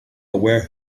aware